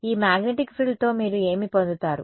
ఈ మాగ్నెటిక్ ఫ్రిల్తో మీరు ఏమి పొందుతారు